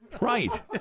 Right